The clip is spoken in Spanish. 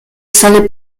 sale